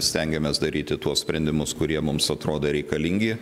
stengiamės daryti tuos sprendimus kurie mums atrodo reikalingi